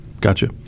Gotcha